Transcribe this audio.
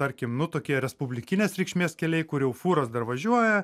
tarkim nu tokie respublikinės reikšmės keliai kur jau fūros dar važiuoja